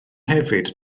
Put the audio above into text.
hefyd